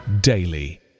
daily